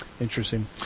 Interesting